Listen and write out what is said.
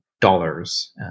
dollars